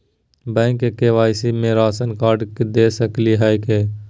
Bank में KYC में ration card दे सकली हई का?